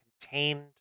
contained